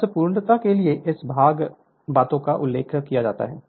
बस पूर्णता के लिए इन सभी बातों का उल्लेख किया जाता है